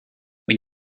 when